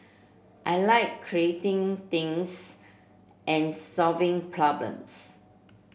I like creating things and solving problems